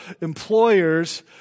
employers